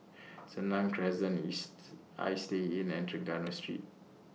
Senang Crescent Istay Inn and Trengganu Street